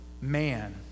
man